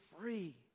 free